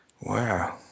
Wow